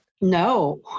No